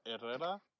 Herrera